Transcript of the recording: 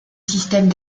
système